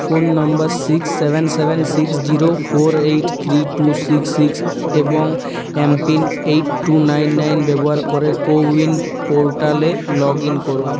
phone number six seven seven six zero four eight three two six six এবং MPIN eight two nine nine ব্যবহার করে CoWIN পোর্টালে log in করুন